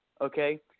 okay